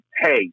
hey